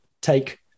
take